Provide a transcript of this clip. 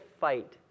fight